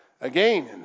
again